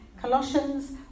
Colossians